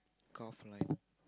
cut off line